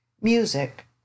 Music